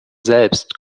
selbst